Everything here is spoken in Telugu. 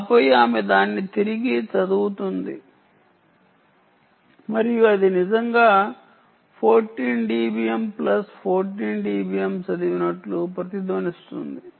ఆపై ఆమె దాన్ని తిరిగి చదువుతుంది మరియు అది నిజంగా 14 dBm ప్లస్ 14 dB m చదివినట్లు ప్రతిధ్వనిస్తుంది